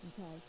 Okay